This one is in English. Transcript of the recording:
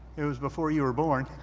it was before you were born.